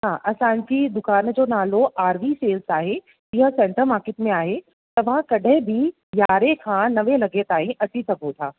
हा असांजी दुकान जो नालो आर वी सेल्स आहे इअं सैंटर मार्केट में आहे मां कॾहिं बि यारहें खां नवे लॻे ताईं अची सघो था